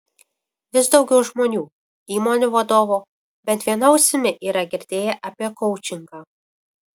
vis daugiau žmonių įmonių vadovų bent viena ausimi yra girdėję apie koučingą